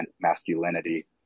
masculinity